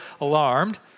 alarmed